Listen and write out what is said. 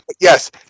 yes